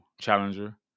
challenger